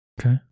Okay